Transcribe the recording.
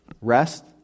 Rest